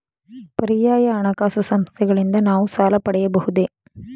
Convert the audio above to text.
ಪರ್ಯಾಯ ಹಣಕಾಸು ಸಂಸ್ಥೆಗಳಿಂದ ನಾವು ಸಾಲ ಪಡೆಯಬಹುದೇ?